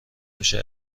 میشه